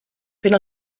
fent